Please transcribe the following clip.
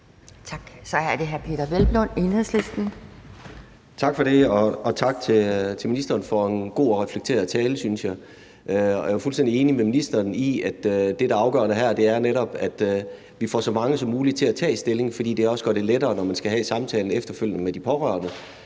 Kl. 12:10 Peder Hvelplund (EL): Tak for det, og tak til ministeren for en god og reflekteret tale, synes jeg. Jeg er jo fuldstændig enig med ministeren i, at det, der er afgørende her, er netop, at vi får så mange som muligt til at tage stilling, fordi det også gør det lettere. Når man skal have samtalen efterfølgende med de pårørende,